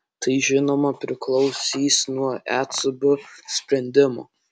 tai žinoma priklausys nuo ecb sprendimo